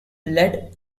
led